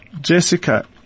Jessica